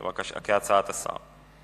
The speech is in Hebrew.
כהצעת השר.